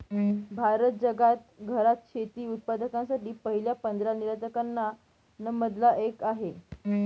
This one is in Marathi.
भारत जगात घरात शेती उत्पादकांसाठी पहिल्या पंधरा निर्यातकां न मधला एक आहे